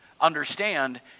Understand